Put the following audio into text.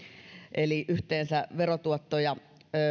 eli yhteensä verotuottoja